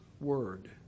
word